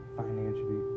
financially